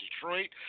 Detroit